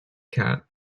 cat